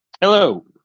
Hello